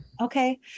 Okay